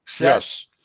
yes